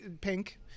pink